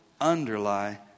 underlie